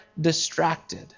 distracted